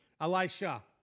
Elisha